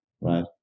right